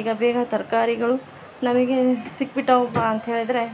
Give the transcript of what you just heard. ಈಗ ಬೇಗ ತರಕಾರಿಗಳೂ ನಮಗೆ ಸಿಕ್ಬಿಟವಪ್ಪಾ ಅಂತ ಹೇಳಿದರೆ